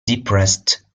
depressed